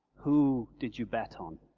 who did you bet on,